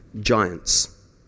Giants